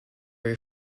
your